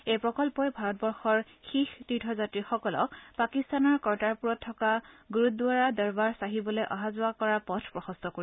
এই প্ৰকল্পই ভাৰতবৰ্ষৰ শিখ তীৰ্থযাত্ৰীসকলক পাকিস্তানৰ কৰ্টাৰপুৰত থকা গুৰুদ্বাৰা দৰৱাৰ চাহিবলৈ অহা যোৱা কৰাৰ পথ প্ৰশস্ত কৰিব